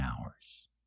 hours